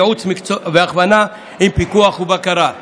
ייעוץ והכוונה עם פיקוח ובקרה.